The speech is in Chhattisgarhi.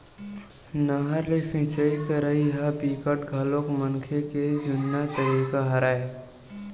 नहर ले सिचई करई ह बिकट घलोक मनखे के जुन्ना तरीका हरय